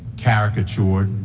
caricatured